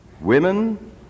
women